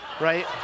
right